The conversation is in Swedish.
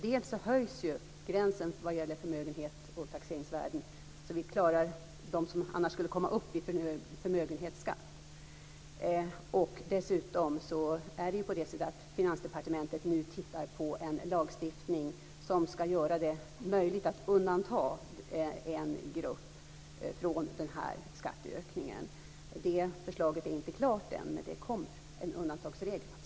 Dels höjs ju gränsen vad gäller förmögenhet och taxeringsvärden så att vi klarar dem som annars skulle komma upp i för hög förmögenhetsskatt. Dessutom är det på det sättet att Finansdepartementet nu tittar på en lagstiftning som ska göra det möjligt att undanta en grupp från den här skatteökningen. Det förslaget är inte klart än, men det kommer alltså en undantagsregel.